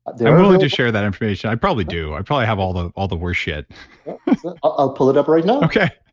i'm willing to share that information. i probably do. i probably have all the all the worse shit i'll pull it up right now okay.